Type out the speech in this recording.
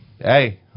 hey